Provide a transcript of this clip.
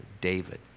David